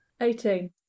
Eighteen